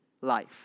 life